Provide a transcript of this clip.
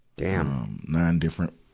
damn. nine different,